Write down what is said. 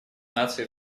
наций